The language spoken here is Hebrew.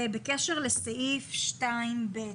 בקשר לסעיף (2)(ב).